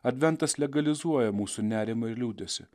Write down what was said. adventas legalizuoja mūsų nerimą ir liūdesį